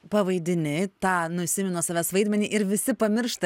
pavaidini tą nusiimi nuo savęs vaidmenį ir visi pamiršta